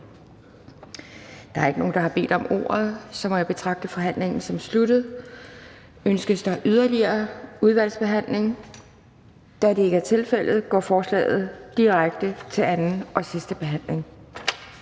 Der er ingen, der har bedt om ordet. Så må jeg betragte forhandlingen som sluttet. Ønskes der yderligere udvalgsbehandling? Da det ikke er tilfældet, går forslaget direkte til anden og sidste behandling.